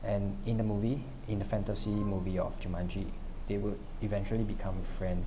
and in the movie in the fantasy movie of jumanji they would eventually become friends